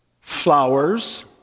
flowers